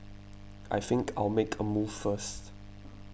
I think I'll make a move first